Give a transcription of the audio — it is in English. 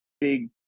big